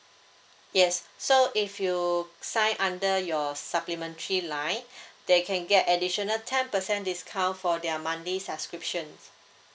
yes so if you sign under your supplementary line they can get additional ten percent discount for their monthly subscriptions